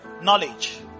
Knowledge